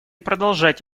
продолжать